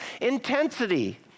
intensity